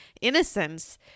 innocence